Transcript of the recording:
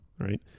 right